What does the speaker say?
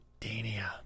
Dania